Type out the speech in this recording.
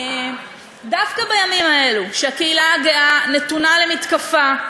דווקא בימים אלו, כשהקהילה הגאה נתונה למתקפה,